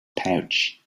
pouch